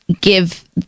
give